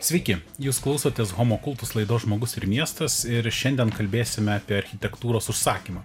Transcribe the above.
sveiki jūs klausotės homo kultus laidos žmogus ir miestas ir šiandien kalbėsime apie architektūros užsakymą